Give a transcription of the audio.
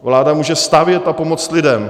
Vláda může stavět a pomoct lidem.